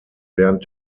während